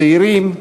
צעירים,